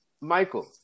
Michael